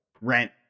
rent